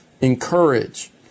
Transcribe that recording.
encourage